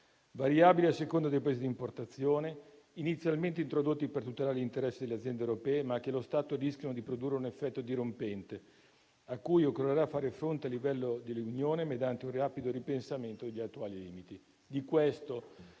variabile a seconda dei Paesi di importazione, inizialmente introdotti per tutelare gli interessi delle aziende europee, ma che allo stato rischiano di produrre un effetto dirompente, a cui occorrerà far fronte a livello di Unione europea, mediante un rapido ripensamento degli attuali limiti.